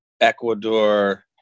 Ecuador